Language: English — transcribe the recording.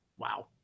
wow